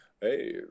hey